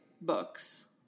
books